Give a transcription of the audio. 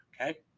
Okay